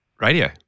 radio